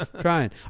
Trying